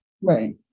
right